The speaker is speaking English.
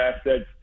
assets